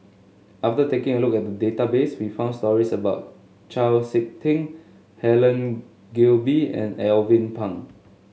after taking a look at the database we found stories about Chau SiK Ting Helen Gilbey and Alvin Pang